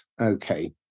Okay